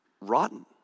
rotten